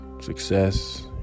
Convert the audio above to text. success